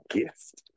gift